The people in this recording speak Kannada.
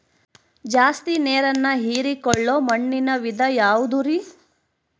ಜಾಸ್ತಿ ನೇರನ್ನ ಹೇರಿಕೊಳ್ಳೊ ಮಣ್ಣಿನ ವಿಧ ಯಾವುದುರಿ?